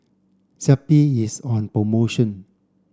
Zappy is on promotion